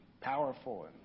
powerful